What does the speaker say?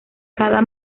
cada